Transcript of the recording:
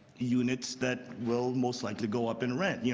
units that will most likely go up in rent. yeah